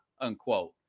unquote